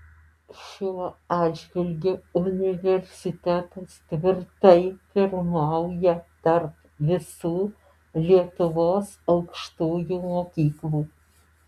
šiuo atžvilgiu universitetas tvirtai pirmauja tarp visų lietuvos aukštųjų mokyklų